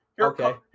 Okay